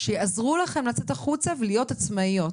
שיעזרו לכן לצאת החוצה ולהיות עצמאיות